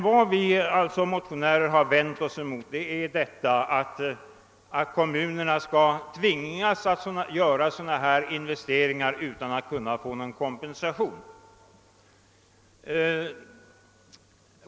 Vi motionärer har emellertid vänt oss emot att kommunerna skall tvingas göra sådana här investeringar utan kompensation.